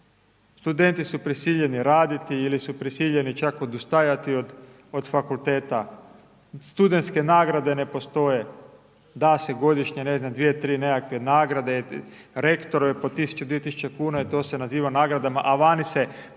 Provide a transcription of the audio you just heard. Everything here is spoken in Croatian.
studenti su prisiljeni raditi ili su prisiljeni čak odustajati od fakulteta, studentske nagrade ne postoje, da se godišnje ne znam 2, 3 nekakve nagrade rektorove po 1.000, 2.000 kuna i to se naziva nagradama, a vani se